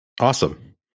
Awesome